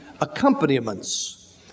accompaniments